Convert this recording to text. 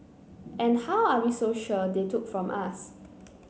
and how are we so sure they took from us